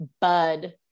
bud